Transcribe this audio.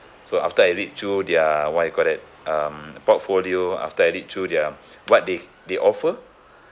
so after I read through their what you call that um portfolio after I read through their what they they offer